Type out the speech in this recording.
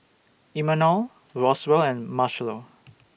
Imanol Roswell and Marchello